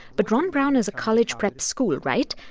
but ron brown is a college prep school, right?